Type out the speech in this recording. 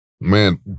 man